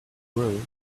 grilled